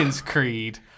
Creed